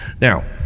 Now